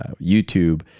youtube